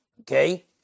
okay